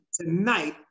Tonight